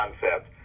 concept